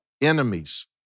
Enemies